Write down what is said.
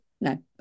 No